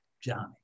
Johnny